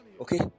Okay